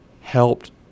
helped